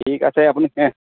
ঠিক আছে আপুনি